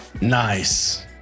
Nice